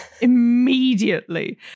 Immediately